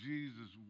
Jesus